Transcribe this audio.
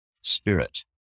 spirit